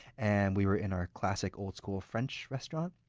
and we were in our classic old school french restaurant.